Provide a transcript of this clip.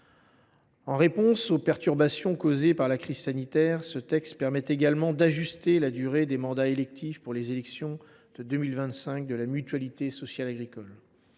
En réponse aux perturbations causées par la crise sanitaire, ce texte permet également d’ajuster la durée des mandats électifs pour les élections de 2025 de la mutualité sociale agricole.